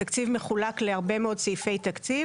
התקציב מחולק להרבה מאוד סעיפי תקציב